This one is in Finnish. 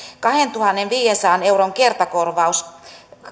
kahdentuhannenviidensadan euron kertakorvaus